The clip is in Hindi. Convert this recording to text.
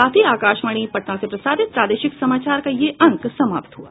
इसके साथ ही आकाशवाणी पटना से प्रसारित प्रादेशिक समाचार का ये अंक समाप्त हुआ